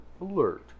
alert